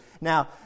Now